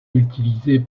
utilisée